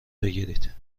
بگیرید